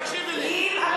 תקשיבי לי.